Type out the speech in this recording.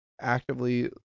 actively